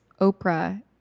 Oprah